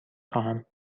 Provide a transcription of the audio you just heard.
خواهم